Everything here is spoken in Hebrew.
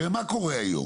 כי הרי מה קורה היום?